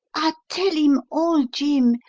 ah, tell him all, jim,